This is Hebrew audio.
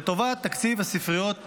לטובת תקציב הספריות הציבוריות.